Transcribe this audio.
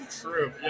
true